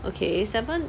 okay seven